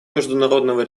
международного